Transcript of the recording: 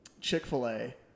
Chick-fil-A